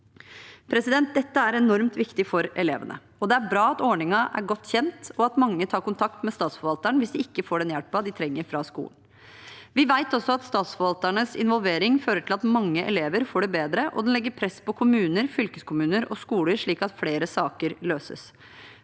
raskt nok. Dette er enormt viktig for elevene, og det er bra at ordningen er godt kjent, og at mange tar kontakt med statsforvalteren hvis de ikke får den hjelpen de trenger, fra skolen. Vi vet også at statsforvalternes involvering fører til at mange elever får det bedre, og den legger press på kommuner, fylkeskommuner og skoler, slik at flere saker løses.